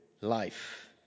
life